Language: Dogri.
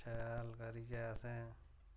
शैल करियै असें